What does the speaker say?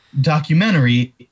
documentary